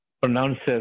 pronounces